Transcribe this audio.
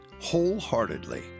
wholeheartedly